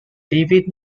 david